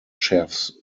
chefs